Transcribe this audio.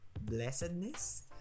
blessedness